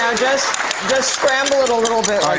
just just scramble it a little bit